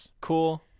Cool